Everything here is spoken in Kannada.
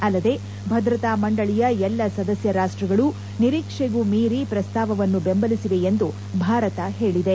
ಅಲ್ಲದೆ ಭದ್ರತಾ ಮಂಡಳಿಯ ಎಲ್ಲ ಸದಸ್ಯ ರಾಷ್ಟಗಳು ನಿರೀಕ್ಷೆಗೂ ಮೀರಿ ಪ್ರಸ್ತಾವವನ್ನು ಬೆಂಬಲಿಸಿವೆ ಎಂದು ಭಾರತ ಹೇಳಿದೆ